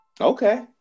Okay